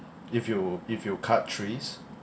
if you if you cut trees